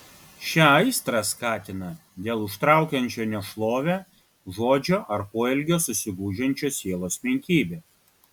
šią aistrą skatina dėl užtraukiančio nešlovę žodžio ar poelgio susigūžiančios sielos menkybė